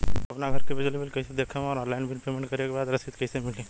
आपन घर के बिजली बिल कईसे देखम् और ऑनलाइन बिल पेमेंट करे के बाद रसीद कईसे मिली?